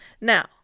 Now